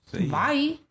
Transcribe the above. bye